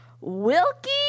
wilkie